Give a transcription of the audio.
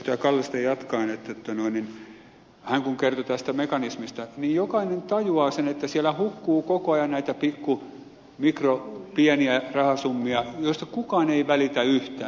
kallista jatkaen että hän kun kertoi tästä mekanismista niin jokainen tajuaa sen että siellä hukkuu koko ajan näitä pikku mikro pieniä rahasummia joista kukaan ei välitä yhtään